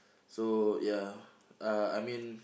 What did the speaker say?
so ya uh I mean